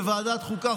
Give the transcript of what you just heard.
בוועדת החוקה,